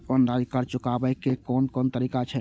Online कर्ज चुकाने के कोन तरीका छै?